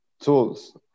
tools